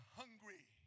hungry